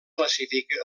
classifica